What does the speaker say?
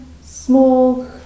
small